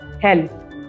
help